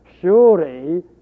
Surely